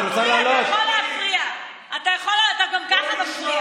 אתה יכול להפריע, גם כך אתה מפריע.